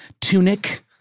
tunic